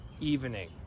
evening